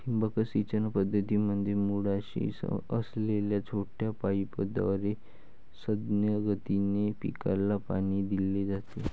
ठिबक सिंचन पद्धतीमध्ये मुळाशी असलेल्या छोट्या पाईपद्वारे संथ गतीने पिकाला पाणी दिले जाते